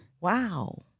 Wow